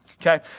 okay